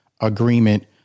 agreement